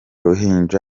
ruhinja